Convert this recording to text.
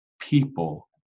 people